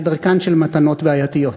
כדרכן של מתנות בעייתיות,